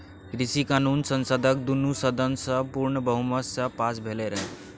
कृषि कानुन संसदक दुनु सदन सँ पुर्ण बहुमत सँ पास भेलै रहय